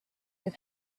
have